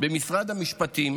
במשרד המשפטים